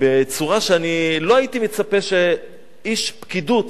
בצורה שאני לא הייתי מצפה שאיש פקידות,